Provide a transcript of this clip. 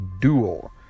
duel